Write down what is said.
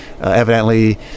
evidently